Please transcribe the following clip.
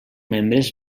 membres